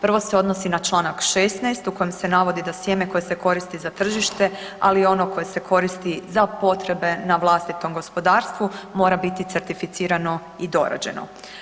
Prvo se odnosi na Članak 16. u kojem se navodi da sjeme koje se koristi za tržište, ali i ono koje se koristi za potrebe na vlastitom gospodarstvu mora biti certificirano i dorađeno.